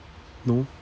no